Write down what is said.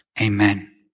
Amen